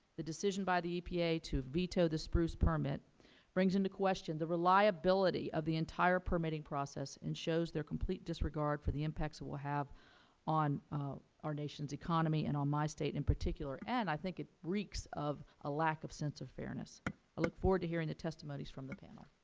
the decision by the epa to veto the spruce permit brings into question the reliability of the entire permitting process and shows their complete disregard for the impacts it will have on our nation's economy and on my state in particular. and i think it reeks of a lack of a sense of fairness. i look forward to hearing the testimonies from the panel.